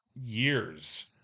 years